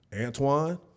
Antoine